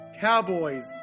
Cowboys